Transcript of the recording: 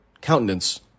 countenance